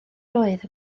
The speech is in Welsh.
roedd